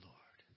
Lord